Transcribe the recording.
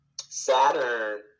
Saturn